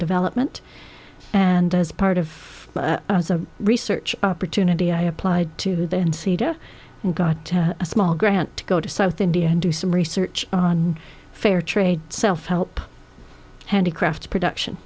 development and as part of a research opportunity i applied to then cedar and got a small grant to go to south india and do some research on fair trade self help handicraft production